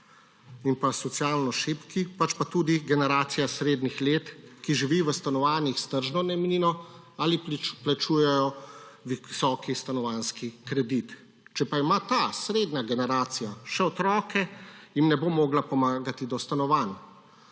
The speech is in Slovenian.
in socialno šibki, pač pa tudi generacija srednjih let, ki živi v stanovanjih s tržno najemnino ali plačuje visok stanovanjski kredit. Če pa ima ta srednja generacija še otroke, jim ne bo mogla pomagati do stanovanj,